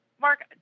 Mark